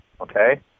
okay